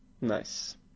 Nice